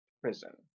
prison